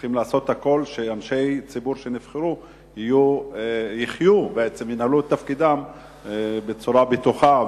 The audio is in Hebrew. צריכים לעשות הכול כדי שאנשי ציבור שנבחרו ינהלו את תפקידם בצורה בטוחה,